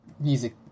music